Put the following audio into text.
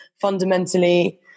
fundamentally